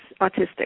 autistic